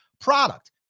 product